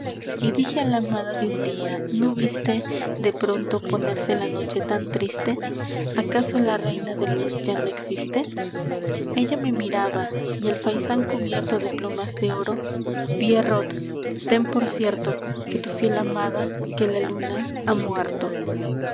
y dije a la amada de un día no viste de pronto ponerse la noche tan triste acaso la reina de luz ya no existe ella me miraba y el faisán cubierto de plumas de oro pierrot ten por cierto que tu fiel amada que la luna ha muerto